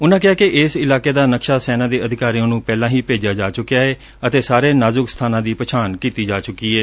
ਉਨੂਾ ਕਿਹਾ ਕਿ ਇਸ ਇਲਾਕੇ ਦਾ ਨਕਸ਼ਾ ਸੈਨਾ ਦੇ ਅਧਿਕਾਰੀਆਂ ਨੂੰ ਪਹਿਲਾਂ ਹੀ ਭੇਜਿਆ ਜਾ ਚੁੱਕਾ ਏ ਅਤੇ ਸਾਰੇ ਨਾਜੁਕ ਸਥਾਨਾਂ ਦੀ ਪਛਾਣ ਕੀਤੀ ਜਾ ਚੁੱਕੀ ਏ